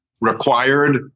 required